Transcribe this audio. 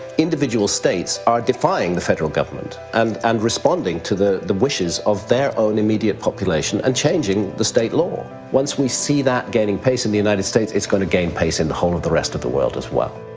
individual states are defying the federal government and and responding to the the wishes of their their own immediate population and changing the state law. once we see that gaining pace in the united states, it's gonna gain pace in the whole of the rest of the world as well.